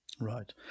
Right